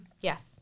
Yes